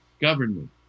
government